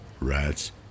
rats